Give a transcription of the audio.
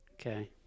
Okay